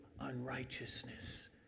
unrighteousness